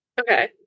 Okay